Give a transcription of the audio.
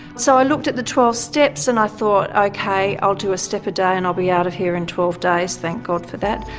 so i looked at the twelve steps and i thought, okay, i'll do a step a day and i'll be out of here in twelve days, thank god for that.